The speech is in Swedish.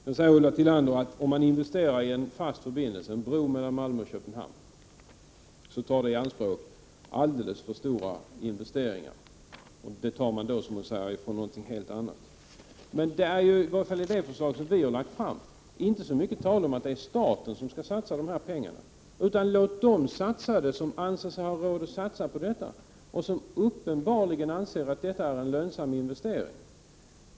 Sedan förmodar Ulla Tillander att om man investerar i en fast broförbindelse mellan Malmö och Köpenhamn, tar det i anspråk alldeles för stora pengar, och dem tar man då, som hon säger, från någonting annat. Men i varje fall i det förslag som vi har lagt fram är det inte så mycket tal om att det är staten som skall satsa de här pengarna. Låt dem satsa som anser sig ha råd att satsa på detta och som uppenbarligen anser att det är en lönsam investering!